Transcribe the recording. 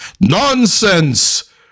nonsense